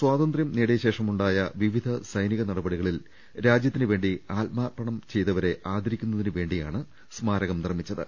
സ്വാതന്ത്യം നേടിയ ശേഷം ഉണ്ടായ വിവിധ സൈനിക നടപടികളിൽ രാജ്യത്തിന് വേണ്ടി ആത്മാർപ്പണം ചെയ്തവരെ ആദരിക്കുന്നതിന് വേണ്ടിയാണ് സ്മാരകം നിർമിച്ചത്